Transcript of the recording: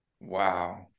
Wow